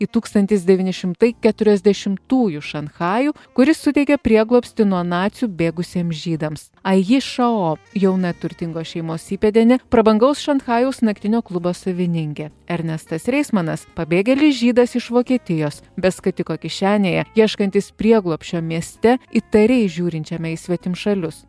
į tūkstantis devyni šimtai keturiasdešimtųjų šanchajų kuris suteikė prieglobstį nuo nacių bėgusiems žydams aiji šao jauna turtingos šeimos įpėdinė prabangaus šanchajaus naktinio klubo savininkė ernestas reismanas pabėgėlis žydas iš vokietijos be skatiko kišenėje ieškantis prieglobsčio mieste įtariai žiūrinčiame į svetimšalius